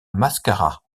mascara